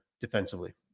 defensively